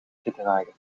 gedragen